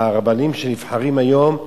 לרבנים שנבחרים היום,